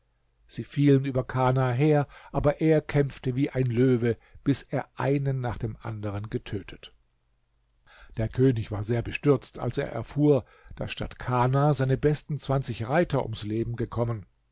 sie fielen über kana her aber er kämpfte wie ein löwe bis er einen nach dem anderen getötet der könig war sehr bestürzt als er erfuhr daß statt kana seine besten zwanzig reiter ums leben gekommen